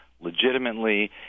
legitimately